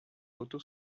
otto